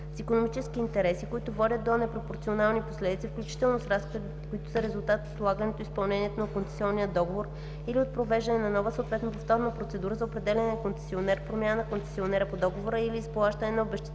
с икономически интереси, които водят до непропорционални последици, включително с разходи, които са резултат от отлагане изпълнението на концесионния договор или от провеждане на нова, съответно повторна процедура за определяне на концесионер, промяна на концесионера по договора или изплащане на обезщетения